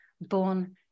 born